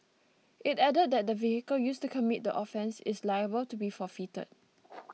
it added that the vehicle used to commit the offence is liable to be forfeited